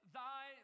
thy